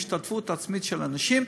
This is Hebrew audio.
ההשתתפות העצמית של אנשים,